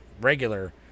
regular